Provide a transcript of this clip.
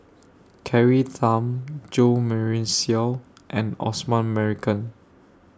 Carrie Tham Jo Marion Seow and Osman Merican